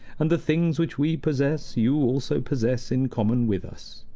and the things which we possess you also possess in common with us.